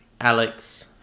Alex